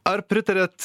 ar pritariat